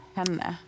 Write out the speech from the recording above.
henne